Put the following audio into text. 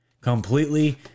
Completely